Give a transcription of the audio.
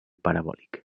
parabòlic